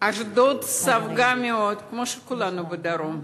אשדוד ספגה הרבה מאוד, כמו כולנו בדרום.